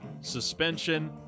suspension